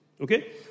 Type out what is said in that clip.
okay